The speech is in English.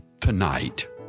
tonight